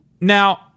Now